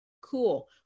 cool